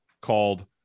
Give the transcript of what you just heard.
called